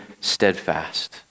steadfast